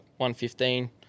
115